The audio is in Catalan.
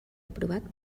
aprovat